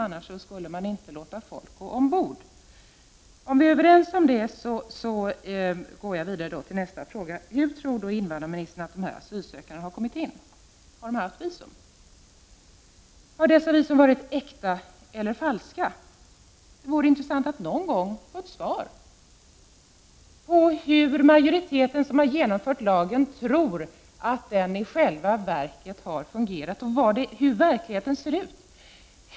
Annars skulle man inte låta folk gå ombord. Om vi är överens om detta går jag vidare till nästa fråga. Hur tror invandrarministern att dessa asylsökande har kommit in? Har de haft visum? Har dessa visum varit äkta eller falska? Det vore intressant att någon gång få ett svar på hur majoriteten som har genomfört lagen tror att den i själva verket har fungerat och hur verkligheten ser ut.